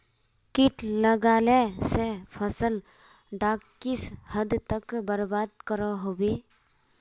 किट लगाले से फसल डाक किस हद तक बर्बाद करो होबे?